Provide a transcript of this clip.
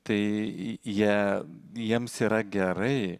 tai jie jiems yra gerai